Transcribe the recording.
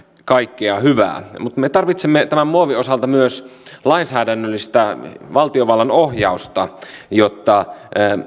kaikkea hyvää mutta me tarvitsemme tämän muovin osalta myös lainsäädännöllistä valtiovallan ohjausta jotta